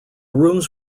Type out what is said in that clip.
rooms